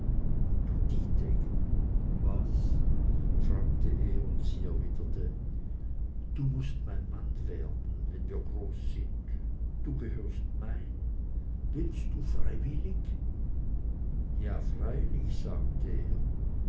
was fragte er und sie erwiderte du mußt mein mann werden wenn wir groß sind du gehörst mein willst du freiwillig ja freilich sagte er